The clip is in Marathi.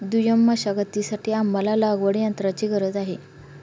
दुय्यम मशागतीसाठी आम्हाला लागवडयंत्राची गरज आहे